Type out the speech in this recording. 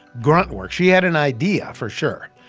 grunt work. she had an idea, for sure,